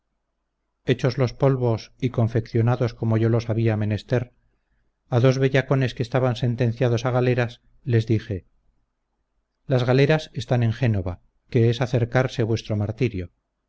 hechos los polvos y confeccionados como yo los había menester a dos bellacones que estaban sentenciados a galeras les dije las galeras están en génova que es acercarse vuestro martirio